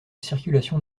circulation